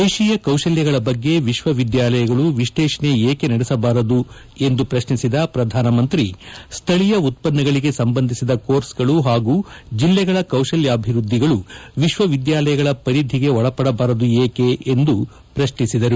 ದೇತೀಯ ಕೌಶಲ್ಲಗಳ ಬಗ್ಗೆ ವಿಶ್ವವಿದ್ಯಾಲಯಗಳು ವಿಶ್ವೇಷಣೆ ಏಕೆ ನಡೆಸಬಾರದು ಎಂದು ಪ್ರಶ್ನಿಸಿದ ಪ್ರಧಾನಮಂತ್ರಿ ಸ್ಲೀಯ ಉತ್ತನ್ನಗಳಿಗೆ ಸಂಬಂಧಿಸಿದ ಕೋರ್ಸ್ಗಳು ಹಾಗೂ ಜಿಲ್ಲೆಗಳ ಕೌತಲ್ಲಾಭಿವ್ಯದ್ಲಿಗಳು ವಿಶ್ವವಿದ್ದಾಲಯಗಳ ಪರಿಧಿಗೆ ಒಳಪಡಬಾರದು ಏಕೆ ಎಂದು ಪ್ರಶ್ವಿಸಿದರು